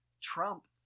Trump